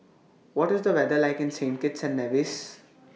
What IS The weather like in Saint Kitts and Nevis